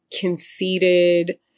conceited